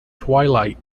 twilight